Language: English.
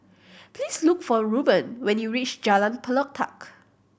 please look for Rueben when you reach Jalan Pelatok